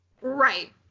Right